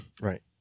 Right